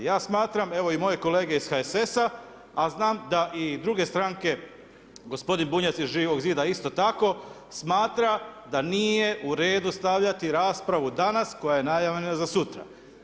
Ja smatram, evo i moje kolege iz HSS-a a znam da i druge stranke, gospodin Bunjac iz Živog zida isto tako smatra da nije u redu stavljati raspravu danas koja je najavljena za sutra.